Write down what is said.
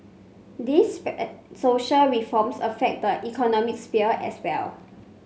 these social reforms affect the economic sphere as well